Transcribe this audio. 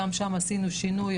גם שם עשינו שינוי,